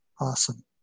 Awesome